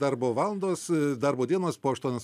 darbo valandos darbo dienos po aštuonias